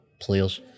players